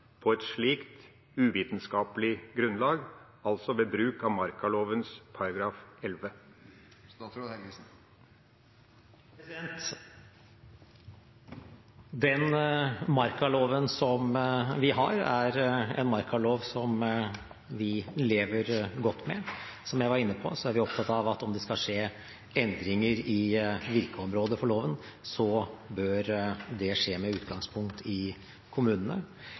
på et slikt uvitenskapelig grunnlag, altså ved bruk av markaloven § 11? Den markaloven vi har, er en markalov som vi lever godt med. Som jeg var inne på, er vi opptatt av at om det skal skje endringer i virkeområdet for loven, bør det skje med utgangspunkt i kommunene.